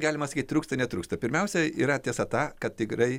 galima sakyt trūksta netrūksta pirmiausiai yra tiesa ta kad tikrai